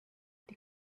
die